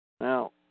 Now